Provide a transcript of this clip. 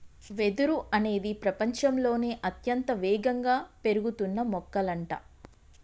వెదురు అనేది ప్రపచంలోనే అత్యంత వేగంగా పెరుగుతున్న మొక్కలంట